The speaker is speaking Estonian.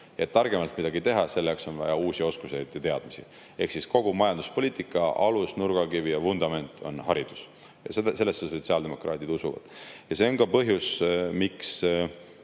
targemini teha, on vaja uusi oskusi ja teadmisi. Ehk siis kogu majanduspoliitika alus, nurgakivi ja vundament on haridus. Sellesse sotsiaaldemokraadid usuvad. See on ka põhjus, miks